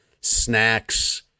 snacks